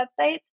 websites